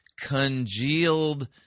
congealed